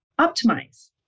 optimize